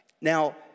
Now